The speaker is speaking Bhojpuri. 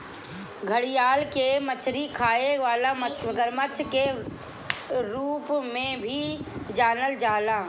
घड़ियाल के मछरी खाए वाला मगरमच्छ के रूप में भी जानल जाला